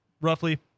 roughly